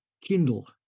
kindle